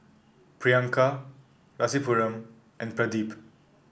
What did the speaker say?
Priyanka Rasipuram and Pradip